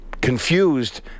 confused